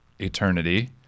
eternity